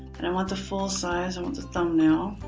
and i want the full size. i want the thumbnail